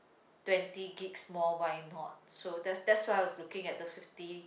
twenty gigs more why not so that's that's why I was looking at the fifty